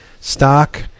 stock